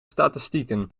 statistieken